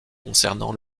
concernant